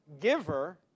giver